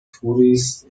tourist